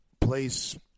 place